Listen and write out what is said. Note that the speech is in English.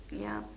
ya